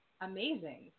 amazing